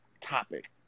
topic